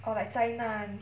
or like 灾难